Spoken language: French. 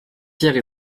pierre